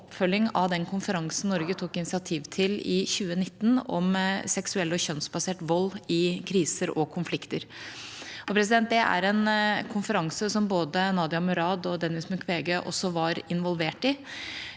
til oppfølging av den konferansen Norge tok initiativ til i 2019, om seksuell og kjønnsbasert vold i kriser og konflikter. Det er en konferanse som både Nadia Murad og Denis Mukwege også var involvert i.